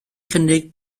cynnig